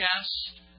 chest